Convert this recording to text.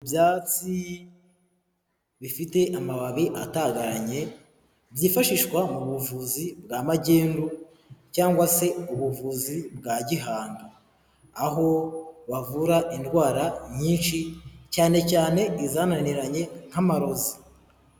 Ibyatsi bifite amababi atagaranye byifashishwa mu buvuzi bwa magendu cyangwa se ubuvuzi bwa gihanga, aho bavura indwara nyinshi, cyane cyane izananiranye nk'amarozi.